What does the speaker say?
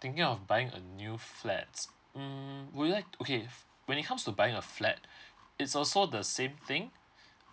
thinking of buying a new flats mm would you like okay when it comes to buying a flat is also the same thing